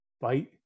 fight